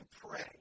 pray